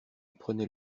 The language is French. prenait